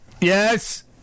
Yes